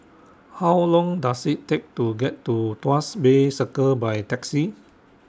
How Long Does IT Take to get to Tuas Bay Circle By Taxi